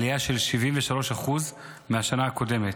עלייה של 73% מהשנה הקודמת.